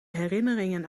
herinneringen